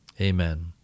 Amen